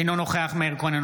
אינו נוכח מאיר כהן,